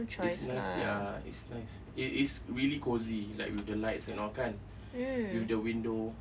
it's nice sia it's nice it is really cozy like with the lights and all kan with the window